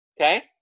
Okay